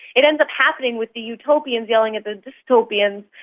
it ends up happening with the utopians yelling at the dystopians.